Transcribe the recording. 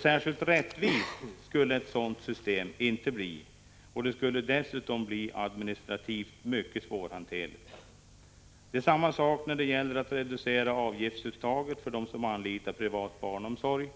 Särskilt rättvist skulle ett sådant system inte bli. Det skulle dessutom bli administrativt mycket svårhanterligt. Det är samma sak när det gäller att reducera avgiftsuttaget för dem som anlitar privat barnomsorg.